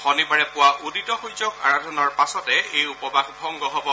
শনিবাৰে পুৱা উদিত সূৰ্যক আৰধনাৰ পাছতে এই উপবাস ভংগ হ'ব